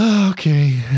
Okay